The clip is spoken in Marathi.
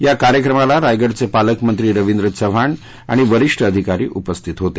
या कार्यक्रमाला रायगडचे पालकमंत्री रवींद्र चव्हाण आणि वरिष्ठ अधिकारी उपस्थित होते